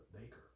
Baker